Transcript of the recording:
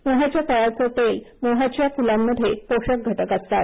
मोहाच्या फळाचं तेल मोहाची फुलांमध्ये पोषक घटक असतात